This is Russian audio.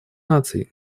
наций